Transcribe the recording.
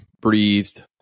breathed